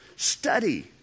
Study